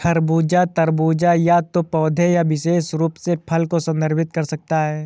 खरबूज, तरबूज या तो पौधे या विशेष रूप से फल को संदर्भित कर सकता है